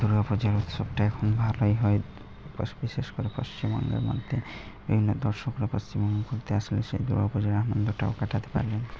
দুর্গা পুজার উৎসবটা এখন ভালোই হয় বিশেষ করে পশ্চিমবঙ্গের মধ্যে বিভিন্ন দর্শকরা পশ্চিমবঙ্গে ঘুরতে আসলে সেই দুর্গা পুজার আনন্দটাও কাটাতে পারেন